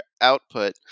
output